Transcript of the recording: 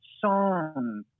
song